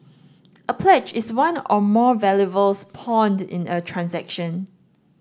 a pledge is one or more valuables pawned in a transaction